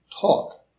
talk